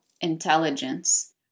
intelligence